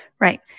Right